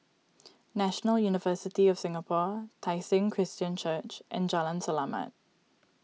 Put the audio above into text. National University of Singapore Tai Seng Christian Church and Jalan Selamat